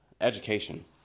education